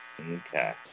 Okay